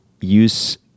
use